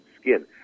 skin